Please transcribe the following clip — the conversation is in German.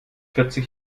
vierzig